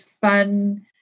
fun